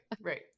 right